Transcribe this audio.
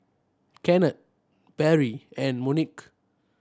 Kennard Barry and Monique